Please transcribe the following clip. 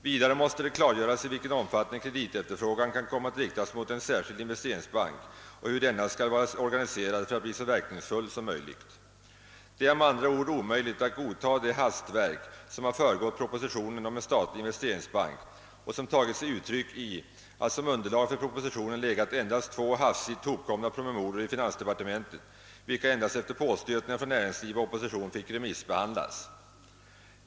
Vidare måste det klargöras i vilken omfattning kreditefterfrågan kan komma att riktas mot en särskild investeringsbank och hur denna skall vara organiserad för att bli så verkningsfull som möjligt. Det är, med andra ord, omöjligt att godta det hastverk, som har föregått propositionen om en statlig investeringsbank och som tagit sig uttryck i att som underlag för propositionen legat endast två hafsigt hopkomna promemorior i finansdepartementet, vilka endast efter påstötningar från näringsliv och opposition fick remissbehandlas.